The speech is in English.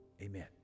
amen